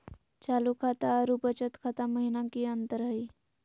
चालू खाता अरू बचत खाता महिना की अंतर हई?